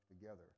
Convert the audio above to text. together